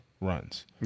runs